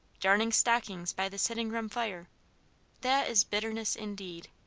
darning stockings by the sitting-room fire that is bitterness indeed.